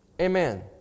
Amen